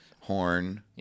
Horn